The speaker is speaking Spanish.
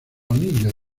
anillo